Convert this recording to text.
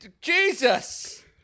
Jesus